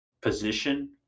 position